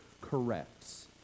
corrects